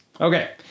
Okay